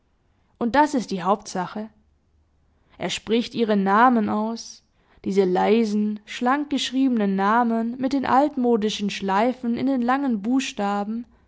und das ist die hauptsache er spricht ihre namen aus diese leisen schlankgeschriebenen namen mit den altmodischen schleifen in den langen buchstaben